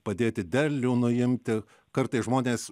padėti derlių nuimti kartais žmonės